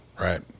Right